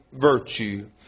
virtue